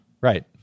Right